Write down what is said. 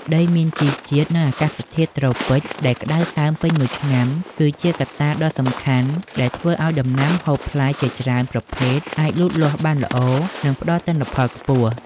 ដីមានជីជាតិ និងអាកាសធាតុត្រូពិចដែលក្តៅសើមពេញមួយឆ្នាំ គឺជាកត្តាដ៏សំខាន់ដែលធ្វើឱ្យដំណាំហូបផ្លែជាច្រើនប្រភេទអាចលូតលាស់បានល្អ និងផ្តល់ទិន្នផលខ្ពស់។